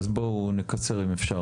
אז בואו נקצר אם אפשר,